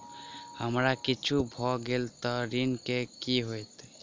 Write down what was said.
हमरा किछ भऽ गेल तऽ ऋण केँ की होइत?